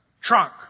trunk